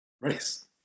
race